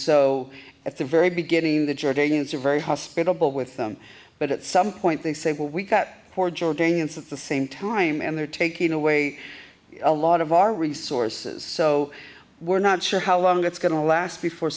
so at the very beginning the jordanians are very hospitable with them but at some point they say well we got jordanians at the same time and they're taking away a lot of our resources so we're not sure how long it's going to last before